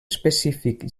específic